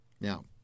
Now